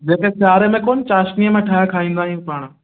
जेके सियारे में कोन चाशनी में ठाहे खाईंदा आहियूं पाण